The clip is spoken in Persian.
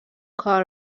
کار